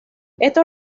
estos